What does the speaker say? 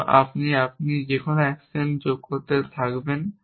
এবং তারপরে আপনি আরও অ্যাকশন যোগ করতে থাকবেন